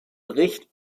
bericht